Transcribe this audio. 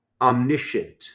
omniscient